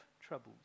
troubles